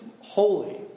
holy